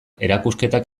erakusketak